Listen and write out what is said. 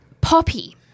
Poppy